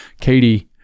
Katie